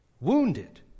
wounded